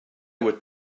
were